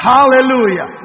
Hallelujah